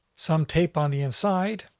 some tape on the inside,